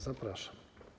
Zapraszam.